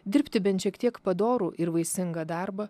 dirbti bent šiek tiek padorų ir vaisingą darbą